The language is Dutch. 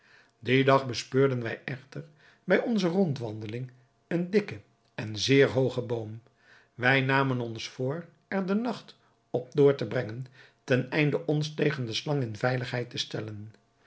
dien dag bespeurden wij echter bij onze rondwandeling een dikken en zeer hoogen boom wij namen ons voor er den nacht op door te brengen ten einde ons tegen de slang in veiligheid te stellen